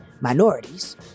minorities